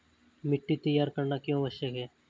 मिट्टी तैयार करना क्यों आवश्यक है?